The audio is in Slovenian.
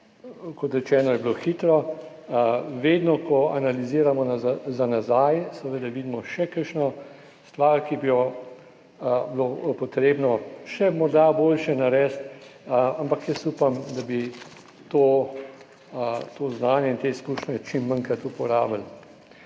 kot rečeno, hitro. Vedno ko analiziramo za nazaj, seveda vidimo še kakšno stvar, ki bi jo bilo potrebno morda še boljše narediti, ampak upam, da bi to znanje in te izkušnje čim manjkrat uporabili.